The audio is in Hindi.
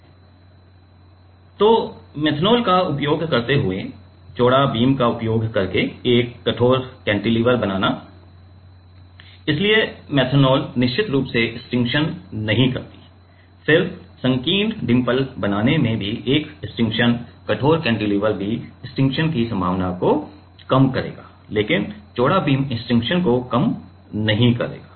इसलिए मेथनॉल का उपयोग करते हुए चौड़ा बीम का उपयोग करके एक कठोर कैंटीलीवर बनाना इसलिए मेथनॉल निश्चित रूप से स्टिक्शन नहीं करती फिर संकीर्ण डिम्पल बनाने में भी एक स्टिक्शन कठोर कैंटिलीवर भी स्टिक्शन की संभावना को कम करेगा लेकिन चौड़ा बीम स्टिक्शन को कम नहीं करेगा